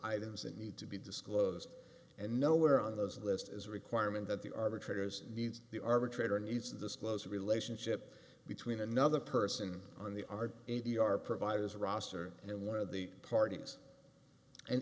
items that need to be disclosed and nowhere on those list as a requirement that the arbitrator's needs the arbitrator needs this close relationship between another person on the ard a t r providers roster and one of the parties and